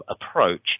approach